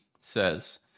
says